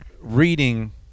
reading